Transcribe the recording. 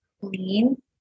clean